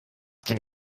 den